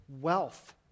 wealth